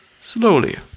slowly